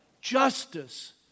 justice